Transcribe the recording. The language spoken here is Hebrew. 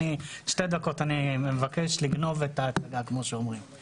אני מבקש לדבר שתי דקות.